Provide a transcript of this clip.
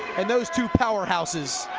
and those two powerhouses